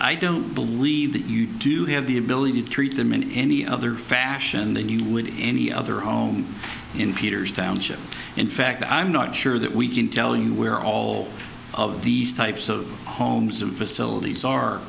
i don't believe that you do have the ability to treat them in any other fashion than you would in any other home in peter's township in fact i'm not sure that we can tell you where all of these types of homes and facilities are